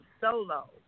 solo